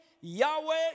Yahweh